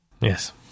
Yes